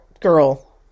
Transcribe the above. girl